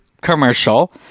commercial